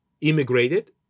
immigrated